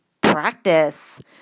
practice